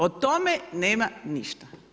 O tome nema ništa.